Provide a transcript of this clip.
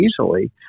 easily